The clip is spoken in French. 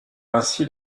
ainsi